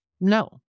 no